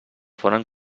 foren